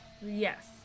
yes